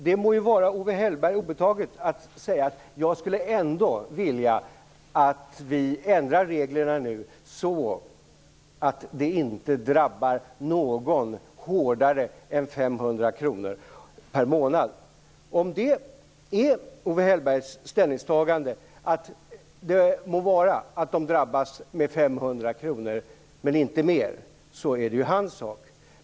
Det må vara Owe Hellberg obetaget att säga: Jag skulle ändå vilja att vi nu ändrar reglerna så att det inte drabbar någon hårdare än med 500 kr per månad. Om det är Owe Hellbergs ställningstagande, att det må vara om hushållen drabbas med 500 kr, men inte mer, är det hans sak.